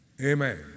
Amen